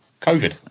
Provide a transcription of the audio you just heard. Covid